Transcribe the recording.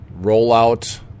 rollout